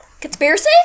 Conspiracy